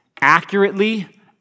accurately